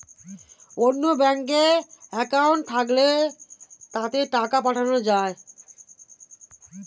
অন্য ব্যাঙ্কে অ্যাকাউন্ট থাকলে তাতে টাকা পাঠানো যায়